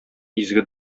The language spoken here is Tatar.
изге